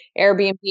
Airbnb